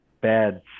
bad